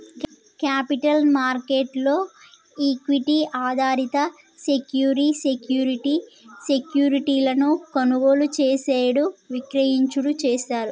capital market లో equity ఆధారిత సెక్యూరి సెక్యూరిటీ సెక్యూరిటీలను కొనుగోలు చేసేడు విక్రయించుడు చేస్తారు